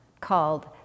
called